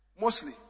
Mostly